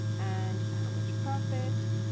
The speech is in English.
and how much profit?